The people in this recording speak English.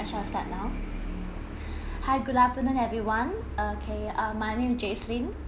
okay I shall start now hi good afternoon everyone uh okay uh my name jaslin